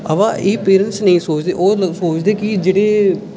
अवां एह् पेरैंट्स नेईं सोचदे ओह् सोचदे कि जेह्ड़े